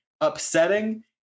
upsetting